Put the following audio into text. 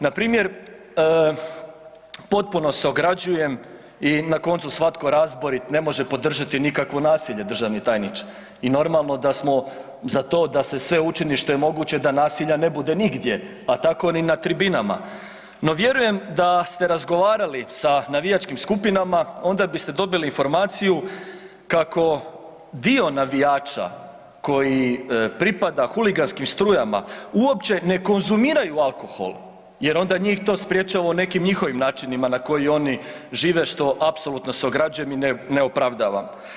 Npr., potpuno se ograđujem i na koncu svatko razborit ne može podržati nikakvo nasilje, državni tajniče i normalno da smo za to da se sve učini što je moguće da nasilja ne bude nigdje pa tako ni na tribinama no vjerujem da ste razgovarali sa navijačkim skupinama, onda biste dobili informaciju kako dio navijača koji pripada huliganskim strujama, uopće ne konzumiraju alkohol jer onda njih to sprječava u nekim njihovim načinima na koji žive što apsolutno se ograđujem i ne opravdavam.